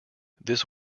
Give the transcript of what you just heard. this